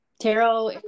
tarot